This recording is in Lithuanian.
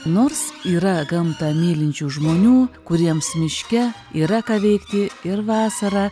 nors yra gamtą mylinčių žmonių kuriems miške yra ką veikti ir vasarą